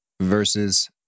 versus